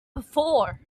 before